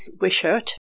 Wishart